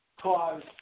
cause